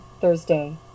Thursday